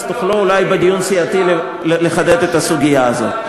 אז תוכלו אולי בדיון סיעתי לחדד את הסוגיה הזאת.